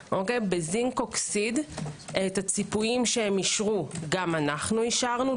בזינקוקסיד את הציפויים שהם אישרו גם אנחנו אישרנו.